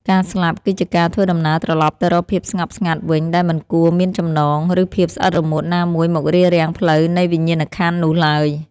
ការស្លាប់ គឺជាការធ្វើដំណើរត្រឡប់ទៅរកភាពស្ងប់ស្ងាត់វិញដែលមិនគួរមានចំណង ឬភាពស្អិតរមួតណាមួយមករារាំងផ្លូវនៃវិញ្ញាណក្ខន្ធនោះឡើយ។